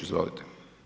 Izvolite.